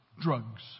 Drugs